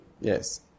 Yes